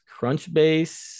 Crunchbase